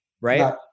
right